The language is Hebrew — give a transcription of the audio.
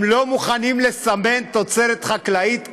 לא מוכנים לסמן תוצרת חקלאית כחול-לבן?